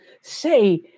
say